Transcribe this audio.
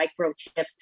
microchip